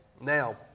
Now